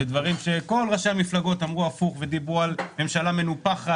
ודברים שכל ראשי המפלגות אמרו הפוך ודיברו על ממשלה מנופחת